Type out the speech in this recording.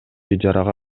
ижарага